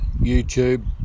YouTube